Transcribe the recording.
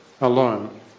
alone